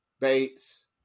Bates